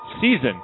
season